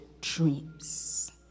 dreams